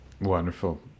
wonderful